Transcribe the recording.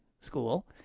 school